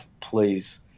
please